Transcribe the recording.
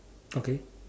okay